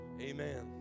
Amen